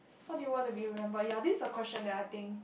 how do you want to be remembered ya this is a question that I think